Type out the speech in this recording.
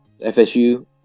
FSU